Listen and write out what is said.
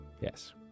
Yes